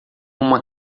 uma